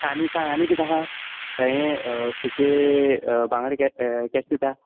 आनी सांग आनी कितें आहा हें सुके बांगडे के केश दिता